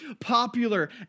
popular